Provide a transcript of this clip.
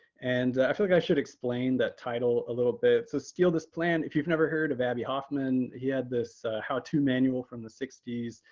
and i feel like i should explain that title a little bit. so steal this plan, if you've never heard of abbie hoffman, he had this how to manual from the sixty s,